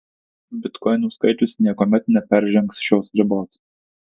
bitkoinų skaičius niekuomet neperžengs šios ribos